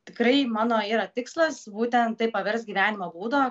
tikrai mano yra tikslas būtent tai paverst gyvenimo būdo